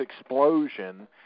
explosion